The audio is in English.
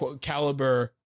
caliber